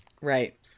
Right